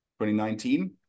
2019